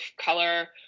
color